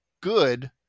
good